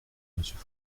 monsieur